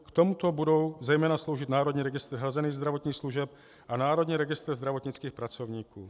K tomuto budou zejména sloužit Národní registr hrazených zdravotních služeb a Národní registr zdravotnických pracovníků.